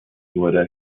wurde